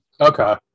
Okay